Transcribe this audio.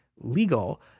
Legal